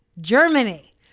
Germany